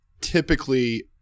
typically